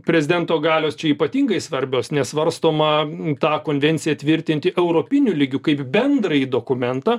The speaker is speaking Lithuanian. prezidento galios čia ypatingai svarbios nes varstoma tą konvenciją tvirtinti europiniu lygiu kaip bendrąjį dokumentą